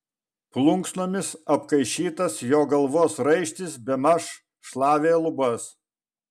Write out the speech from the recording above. plunksnomis apkaišytas jo galvos raištis bemaž šlavė lubas